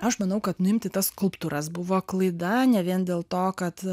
aš manau kad nuimti tas skulptūras buvo klaida ne vien dėl to kad